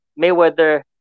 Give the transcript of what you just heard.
Mayweather